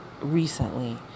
recently